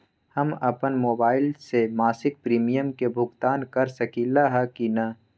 हम अपन मोबाइल से मासिक प्रीमियम के भुगतान कर सकली ह की न?